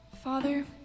Father